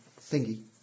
thingy